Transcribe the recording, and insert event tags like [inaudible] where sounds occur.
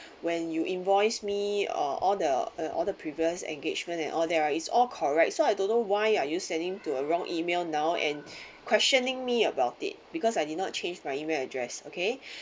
when you invoice me or all the all the previous engagement and all that right it's all correct so I don't know why are you sending to a wrong email now and [breath] questioning me about it because I did not change my email address okay [breath]